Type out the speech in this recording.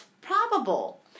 probable